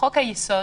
שבחוק היסוד